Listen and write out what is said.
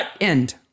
end